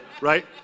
right